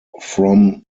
from